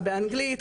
באנגלית,